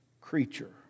creature